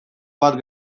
bat